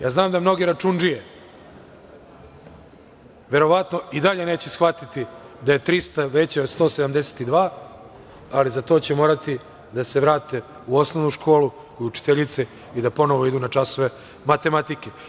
Ja znam da mnoge račundžije verovatno i dalje neće shvatiti da je 300 veće od 172, ali za to će morati da se vrate u osnovnu školu kod učiteljice i da ponovo idu na časove matematike.